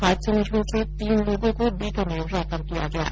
हादसे में झलसे तीन लोगों को बीकानेर रैफर किया गया है